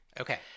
Okay